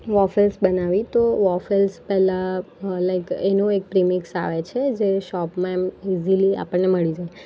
waffles બનાવી તો waffles પહેલા લાઇક એનું એક પ્રીમિક્સ આવે છે જે શોપમાં એમ ઇઝીલી આપણને મળી જાય